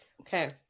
Okay